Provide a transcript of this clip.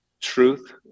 truth